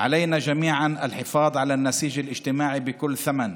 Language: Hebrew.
על כולנו לשמור על המארג החברתי בכל מחיר,